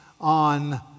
on